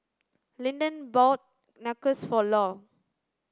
Linden bought Nachos for Lou